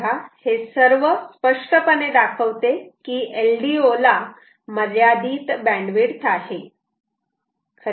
तेव्हा हे सर्व स्पष्टपणे दाखवते की LDO ला मर्यादित बँडविड्थ आहे